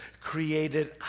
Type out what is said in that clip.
created